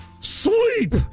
Sleep